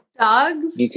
Dogs